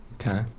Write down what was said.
Okay